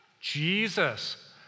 Jesus